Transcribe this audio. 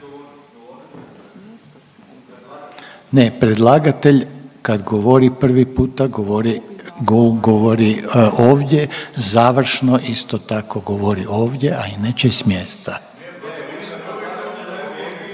Ne, predlagatelj kad govori prvi puta, govori ovdje, završno isto tako, govori ovdje, a inače s mjesta.